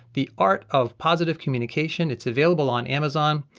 the art of positive communication it's available on amazon.